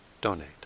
donate